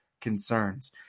concerns